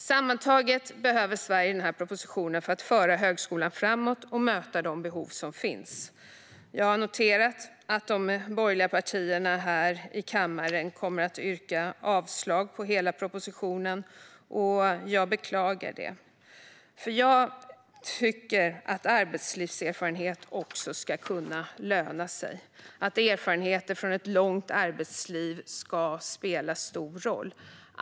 Sammantaget behöver Sverige den här propositionen för att föra högskolan framåt och möta de behov som finns. Jag har noterat att de borgerliga partierna här i kammaren kommer att yrka avslag på hela propositionen, och jag beklagar det. Arbetslivserfarenhet ska också kunna löna sig. Erfarenheter från ett långt arbetsliv ska spela stor roll.